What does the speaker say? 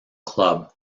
club